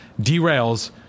derails